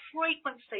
frequency